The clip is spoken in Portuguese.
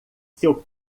seu